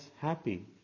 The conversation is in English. happy